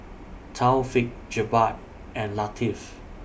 Taufik Jebat and Latif